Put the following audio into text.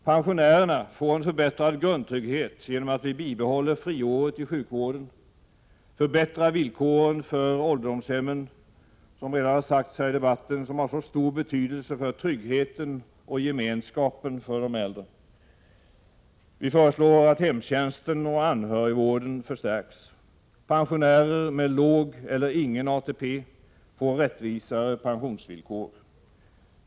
Pensionärerna får en förbättrad grundtrygghet genom att vi bibehåller friåret i sjukvården och förbättrar villkoren för ålderdomshemmen, som — vilket redan har sagts i debatten — har mycket stor betydelse för tryggheten och gemenskapen för de äldre. Vi föreslår att hemtjänsten och anhörigvården förstärks. Pensionärer med låg eller ingen ATP får rättvisare pensionsvillkor.